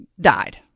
died